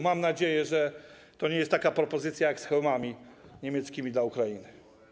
Mam nadzieję, że to nie jest taka propozycja jak z hełmami niemieckimi dla Ukrainy.